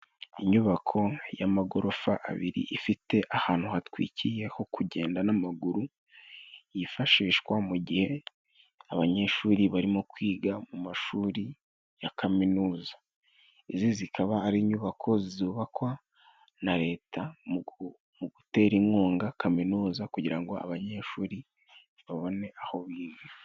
Inyubako y'amagorofa abiri ifite ahantu hatwikiye ho kugenda n'amaguru yifashishwa mu gihe abanyeshuri barimo kwiga mu mashuri ya kaminuza. Izi zikaba ari inyubako zubakwa na leta mu gutera inkunga kaminuza kugira ngo abanyeshuri babone aho biga.